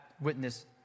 witness